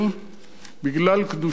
בגלל קדושת הארץ.